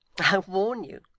warn you.